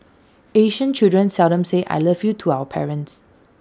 Asian children seldom say 'I love you' to our parents